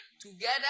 together